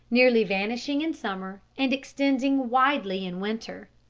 nearly vanishing in summer and extending widely in winter.